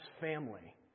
family